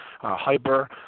Hyper